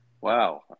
Wow